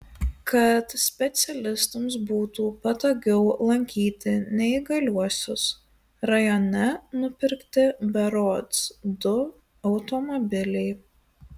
kad specialistams būtų patogiau lankyti neįgaliuosius rajone nupirkti berods du automobiliai